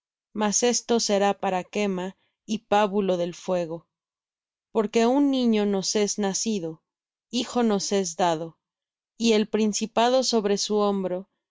mas esto será para quema y pábulo del fuego porque un niño nos es nacido hijo nos es dado y el principado sobre su hombro